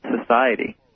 society